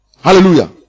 Hallelujah